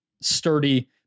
sturdy